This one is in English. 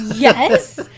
Yes